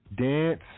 dance